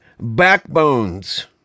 backbones